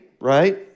right